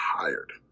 tired